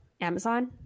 Amazon